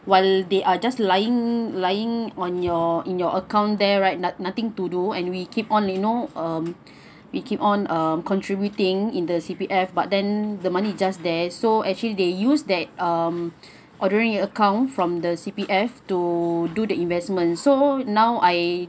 while they are just lying lying on your in your account there right no~ nothing to do and we keep you know um we keep on um contributing in the C_P_F but then the money just there so actually they use that um ordinary account from the C_P_F to do the investment so now I